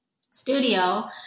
studio